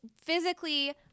physically